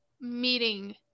meeting